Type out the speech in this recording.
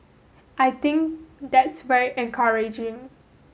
I think that's very encouraging